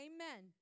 Amen